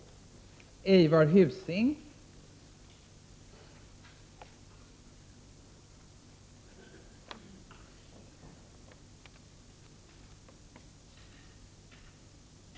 Då Margareta Winberg, som framställt frågan, anmält att hon var förhindrad att närvara vid sammanträdet, medgav förste vice talmannen att Eivor Husing i stället fick delta i överläggningen.